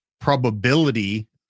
probability